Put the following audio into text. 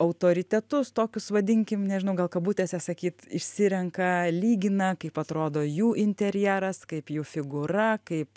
autoritetus tokius vadinkim nežinau gal kabutėse sakyt išsirenka lygina kaip atrodo jų interjeras kaip jų figūra kaip